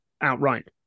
outright